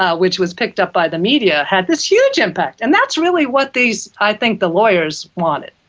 ah which was picked up by the media, had this huge impact. and that's really what these, i think, the lawyers wanted.